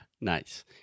nice